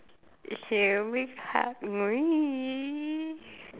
he only hug me